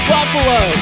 Buffalo